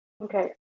okay